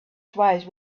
twice